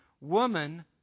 Woman